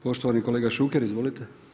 Poštovani kolega Šuker izvolite.